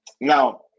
Now